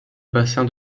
bassin